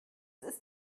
ist